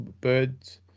birds